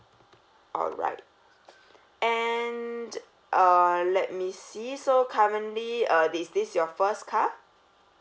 alright and uh let me see so currently uh is this your first car